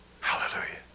Hallelujah